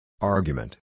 Argument